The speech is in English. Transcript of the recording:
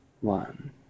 one